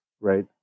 right